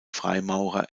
freimaurer